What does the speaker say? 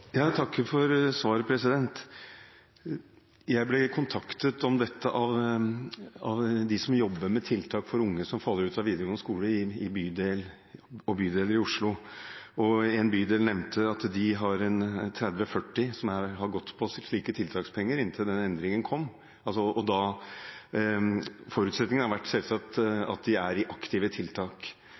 Jeg takker for svaret. Jeg ble kontaktet om dette av dem som jobber med tiltak for unge som faller ut av videregående skole i bydeler i Oslo. En bydel nevnte at de har 30–40 unge som har gått på slike tiltakspenger inntil denne endringen kom. Forutsetningen har selvsagt vært at de er i aktive tiltak,